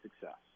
success